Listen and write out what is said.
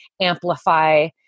amplify